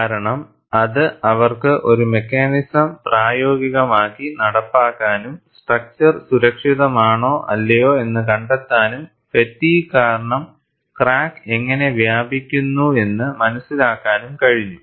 കാരണം അത് അവർക്ക് ഒരു മെക്കാനിസം പ്രായോഗികമായി നടപ്പാക്കാനും സ്ട്രക്ച്ചർ സുരക്ഷിതമാണോ അല്ലയോ എന്ന് കണ്ടെത്താനും ഫാറ്റിഗ്ഗ് കാരണം ക്രാക്ക് എങ്ങനെ വ്യാപിക്കുന്നുവെന്ന് മനസിലാക്കാനും കഴിഞ്ഞു